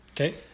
Okay